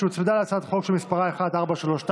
שהוצמדה להצעת חוק מס' פ/1432.